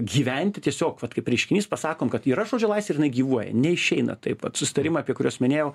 gyventi tiesiog vat kaip reiškinys pasakom kad yra žodžio laisvė ir jinai gyvuoja neišeina taip vat susitarimai apie kuriuos minėjau